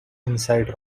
inside